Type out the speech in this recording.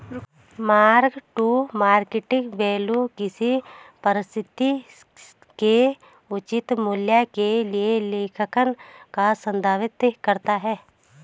mark to market value किसी परिसंपत्ति के उचित मूल्य के लिए लेखांकन को संदर्भित करता है